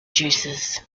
juices